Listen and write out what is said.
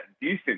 decent